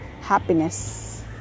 happiness